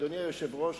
אדוני היושב-ראש,